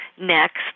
Next